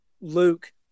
Luke